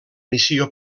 missió